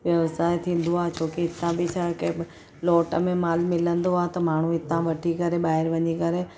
व्यसाय थींदो आहे छोकी हितां बि छाहे के लोट में माल मिलंदो आहे त माण्हू हितां वठी करे ॿाहिरि वञी करे